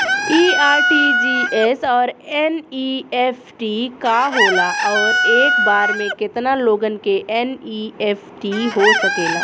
इ आर.टी.जी.एस और एन.ई.एफ.टी का होला और एक बार में केतना लोगन के एन.ई.एफ.टी हो सकेला?